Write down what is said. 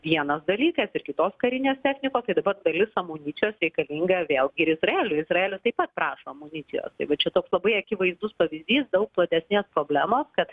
vienas dalykas ir kitos karinės technikos tai dabar dalis amunicijos reikalinga vėlgi ir izraeliui izraelis taip pat prašo amunicijos tai va čia toks labai akivaizdus pavyzdys daug platesnės problemos kad